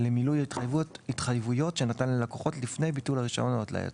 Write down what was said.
למילוי התחייבויות שנתן ללקוחות לפני ביטול הרישיון או התלייתו.